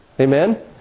Amen